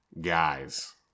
guys